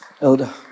Elder